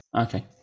Okay